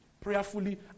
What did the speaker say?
Prayerfully